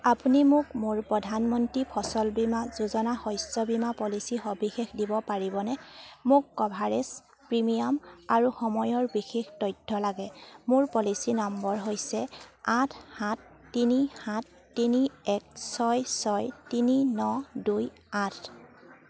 আপুনি মোক মোৰ প্ৰধানমন্ত্ৰী ফচল বীমা যোজনা শস্য বীমা পলিচীৰ সবিশেষ দিব পাৰিবনে মোক কভাৰেজ প্ৰিমিয়াম আৰু সময়ৰ বিশেষ তথ্য লাগে মোৰ পলিচী নম্বৰ হৈছে আঠ সাত তিনি সাত তিনি এক ছয় ছয় তিনি ন দুই আঠ